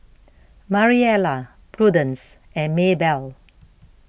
Mariela Prudence and Maybell